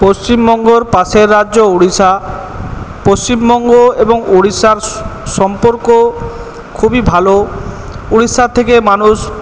পশ্চিমবঙ্গের পাশের রাজ্য উড়িষ্যা পশ্চিমবঙ্গ এবং উড়িষ্যার সম্পর্ক খুবই ভালো উড়িষ্যা থেকে মানুষ